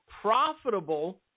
profitable